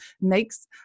makes